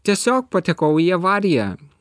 tiesiog patekau į avariją